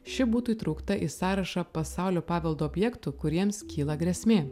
ši būtų įtraukta į sąrašą pasaulio paveldo objektų kuriems kyla grėsmė